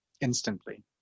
instantly